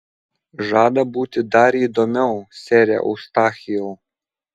žada būti dar įdomiau sere eustachijau